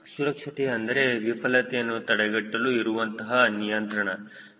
ಸುರಕ್ಷತೆ ಅಂದರೆ ವಿಫಲತೆಯನ್ನು ತಡೆಗಟ್ಟಲು ಇರುವಂತಹ ನಿಯಂತ್ರಣ ಶಿಕ್ಷಣ ಮತ್ತು ತರಬೇತಿ ಆಗಿರುತ್ತದೆ